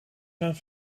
gaan